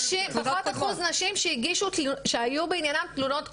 פחות אחוז נשים שהיו בעניינן תלונות קודמות,